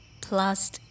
plus